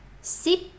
Sip